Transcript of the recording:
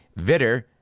Vitter